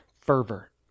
fervor